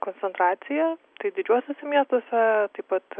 koncentracija tai didžiuosiuose miestuose taip pat